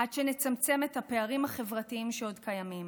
עד שנצמצם את הפערים החברתיים שעוד קיימים